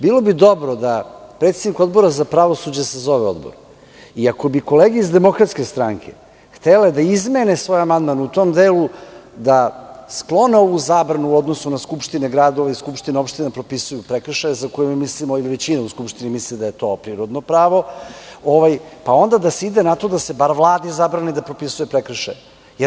Bilo bi dobro da predsednik Odbora za pravosuđe sazove odbor i ako bi kolege iz DS htele da izmene svoj amandman u tom delu da sklone ovu zabranu u odnosu na to da skupštine gradova i SO propisuju prekršaje za koje mi ili većina u Skupštini misli da je to prirodno pravo, onda da se ide na to da se bar Vladi zabrani da propisuje prekršaje.